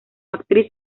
actriz